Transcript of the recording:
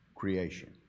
creation